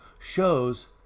shows